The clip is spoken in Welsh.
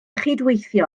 chydweithio